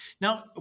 Now